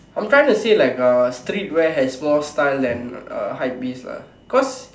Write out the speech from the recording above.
I'm trying to say like uh streetwear has more style than uh hypebeast lah cause